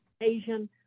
Asian